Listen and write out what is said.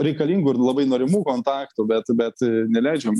reikalingų ir labai norimų kontaktų bet bet neleidžiam